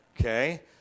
Okay